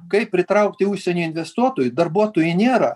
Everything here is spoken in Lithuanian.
kaip pritraukt į užsienį investuotojų darbuotojų nėra